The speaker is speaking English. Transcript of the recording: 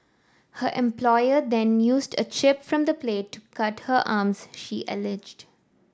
her employer then used a chip from the plate to cut her arms she alleged